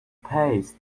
paste